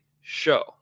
Show